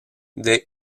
they